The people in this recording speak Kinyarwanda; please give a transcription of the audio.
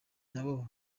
nabo